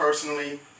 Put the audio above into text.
Personally